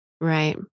Right